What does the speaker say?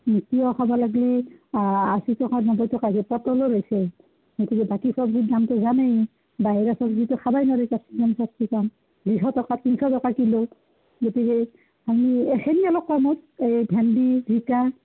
তিয়ঁহ খাব লাগিলে আ আশী টকা নব্বৈ টকা হৈছে পটলৰ হৈছে এইখিনি বাকী চব্জিৰ দামটো হোৱা নাই বাহিৰা চব্জিতো খাবই নোৱাৰোঁ কেপচিকাম চেপচিকাম দুশ টকা তিনিশ টকা কিলো গতিকে আমি এইখিনি অলপ কমত এই ভেন্দি জিকা